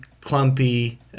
clumpy